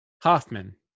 Hoffman